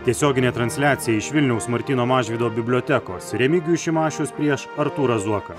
tiesioginė transliacija iš vilniaus martyno mažvydo bibliotekos remigijus šimašius prieš artūrą zuoką